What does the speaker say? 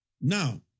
Now